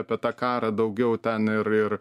apie tą karą daugiau ten ir ir